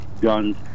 guns